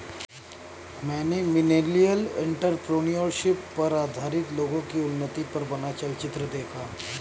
मैंने millennial entrepreneurship पर आधारित लोगो की उन्नति पर बना चलचित्र देखा